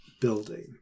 building